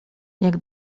jak